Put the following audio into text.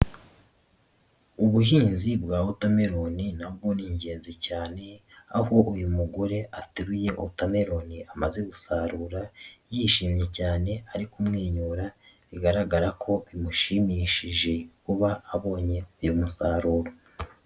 Ubuhinzi bwa watermelon na bwo ni ingenzi cyane, aho uyu mugore ateruye watermelon amaze gusarura yishimye cyane ari kumwenyura, bigaragara ko bimushimishije kuba abonye uyu musaruro.